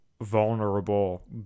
vulnerable